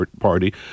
party